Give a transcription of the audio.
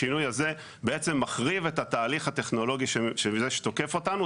השינוי הזה בעצם מחריב את התהליך הטכנולוגי של זה שתוקף אותנו.